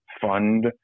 fund